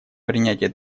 принятие